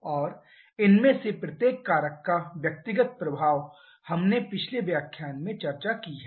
और इनमें से प्रत्येक कारक का व्यक्तिगत प्रभाव हमने पिछले व्याख्यान में चर्चा की है